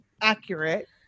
accurate